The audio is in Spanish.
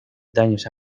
daños